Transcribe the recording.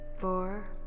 four